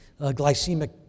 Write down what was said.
glycemic